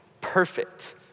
perfect